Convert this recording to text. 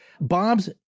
Bob's